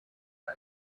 the